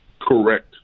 correct